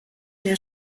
der